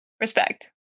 Respect